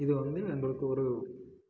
இது வந்து எங்களுக்கு ஒரு